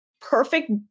perfect